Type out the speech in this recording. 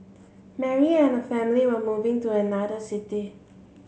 Mary and family were moving to another city